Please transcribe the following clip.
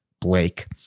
Blake